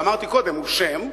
ואמרתי קודם שהוא שם,